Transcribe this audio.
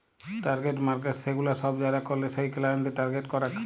target markets সেগুলা সব যারা কেলে সেই ক্লায়েন্টদের টার্গেট করেক